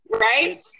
Right